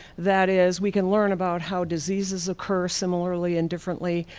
that is, we can learn about how diseases occur similarly and differently.